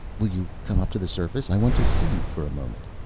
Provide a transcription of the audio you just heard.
will you come up to the surface? i want to see you for a moment.